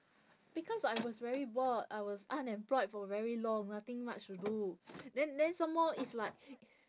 because I was very bored I was unemployed for very long nothing much to do then then some more it's like